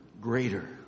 greater